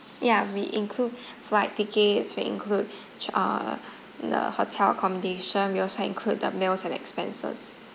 ya we include f~ flight tickets we include ch~ uh the hotel accommodation we also include the meals and expenses